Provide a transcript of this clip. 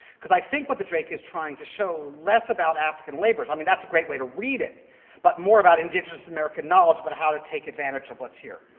because i think what the drake is trying to show less about african labors i mean, that's a great way to read it but more about indigenous american knowledge about but how to take advantage of what's here.